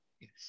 Yes